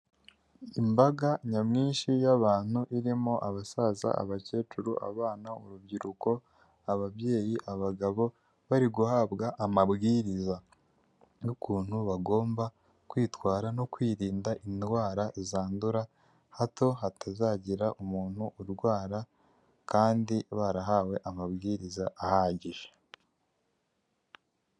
Imbaga nyamwinshi y'abantu irimo abasaza, abakecuru, abana, urubyiruko, ababyeyi, abagabo bari guhabwa amabwiriza n'ukuntu bagomba kwitwara no kwirinda indwara zandura hato hatazagira umuntu urwara kandi barahawe amabwiriza ahagije.